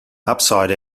upside